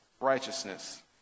righteousness